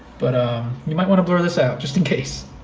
but um you might wanna blur this out, just in case.